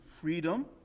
freedom